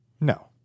No